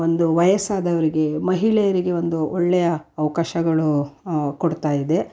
ಒಂದು ವಯಸ್ಸಾದವರಿಗೆ ಮಹಿಳೆಯರಿಗೆ ಒಂದು ಒಳ್ಳೆಯ ಅವಕಾಶಗಳು ಕೊಡ್ತಾಯಿದೆ